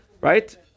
Right